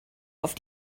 auf